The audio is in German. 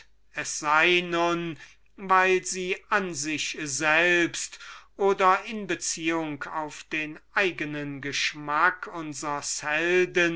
es sei nun weil sie an sich selbst oder in beziehung auf den eigenen geschmack